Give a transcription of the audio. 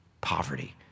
poverty